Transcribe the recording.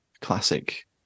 classic